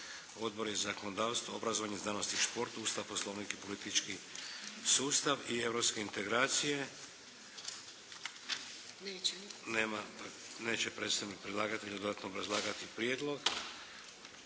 Odbori za zakonodavstvo, obrazovanje, znanost i šport, Ustav, Poslovnik i politički sustav i Europske integracije. Nema, neće predstavnik predlagatelja dodatno obrazlagati prijedlog.